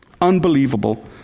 Unbelievable